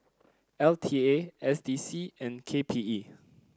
L T A S D C and K P E